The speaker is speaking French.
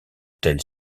telles